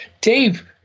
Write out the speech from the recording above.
dave